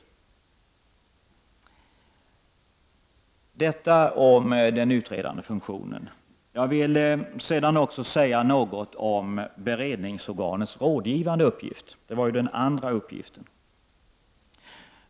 Det var något om den utredande funktionen. Jag vill också säga något om beredningsorganets rådgivande uppgift; det var ju den andra uppgiften.